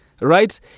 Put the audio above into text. Right